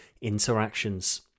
interactions